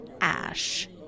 ash